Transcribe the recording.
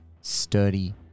sturdy